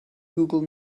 google